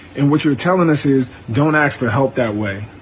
and what you're telling us is, don't ask for help that way,